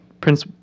Prince